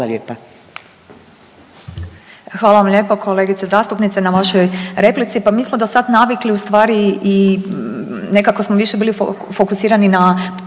Hvala vam lijepa kolegice zastupnice na vašoj replici. Pa mi smo do sada navikli ustvari i nekako smo više bili fokusirani na